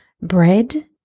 bread